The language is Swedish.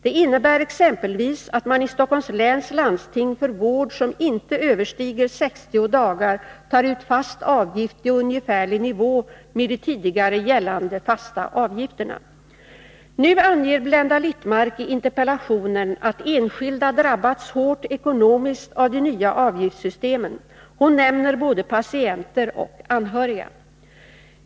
Det innebär exempelvis att man i Stockholms läns landsting för vård som inte överstiger 60 dagar tar ut fast avgift i ungefärlig nivå med de tidigare gällande fasta avgifterna. Nu anger Blenda Littmarck i interpellationen att enskilda drabbats hårt ekonomiskt av de nya avgiftssystemen. Hon nämner både patienter och anhöriga.